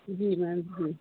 जी ma'am जी